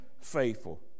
faithful